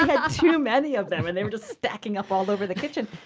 and too you know many of them and they were stacking up all over the kitchen.